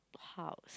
house